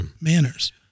manners